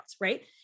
Right